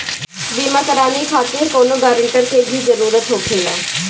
बीमा कराने खातिर कौनो ग्रानटर के भी जरूरत होखे ला?